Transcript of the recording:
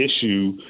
issue